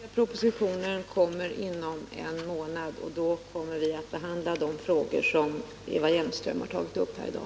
Herr talman! Jag kan upplysa om att den trafikpolitiska propositionen kommer inom en månad. Då kommer vi att behandla de frågor som Eva Hjelmström har tagit upp här i dag.